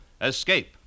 Escape